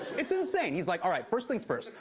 it's insane. he's like, all right, first thing's first.